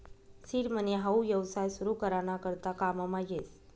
seed money हाऊ येवसाय सुरु करा ना करता काममा येस